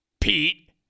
Pete